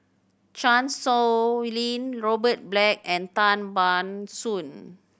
Chan Sow Lin Robert Black and Tan Ban Soon